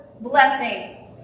blessing